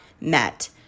met